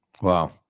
Wow